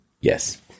Yes